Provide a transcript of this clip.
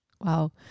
Wow